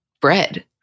bread